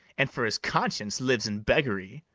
and for his conscience lives in beggary.